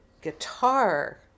guitar